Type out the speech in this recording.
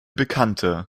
bekannte